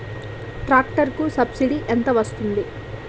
Tractor కి subsidy ఎంత వస్తుంది?